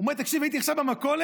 הוא אומר, תקשיב, הייתי עכשיו במכולת,